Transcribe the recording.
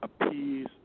appease